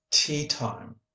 tea-time